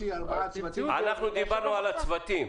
דיברנו על הצוותים.